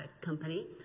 company